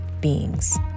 beings